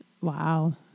Wow